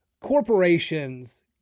corporations